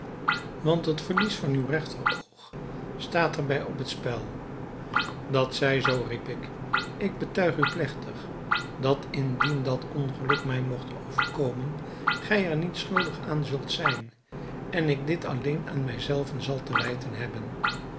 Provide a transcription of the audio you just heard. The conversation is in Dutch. want het verlies van uw regteroog staat er bij op het spel dat zij zoo riep ik ik betuig u plegtig dat indien dat ongeluk mij mogt overkomen gij er niet schuldig aan zult zijn en ik dit alleen aan mij zelven zal te wijten hebben